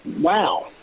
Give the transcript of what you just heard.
Wow